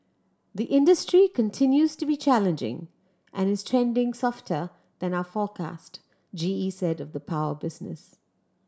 the industry continues to be challenging and is trending softer than our forecast G E said of the power business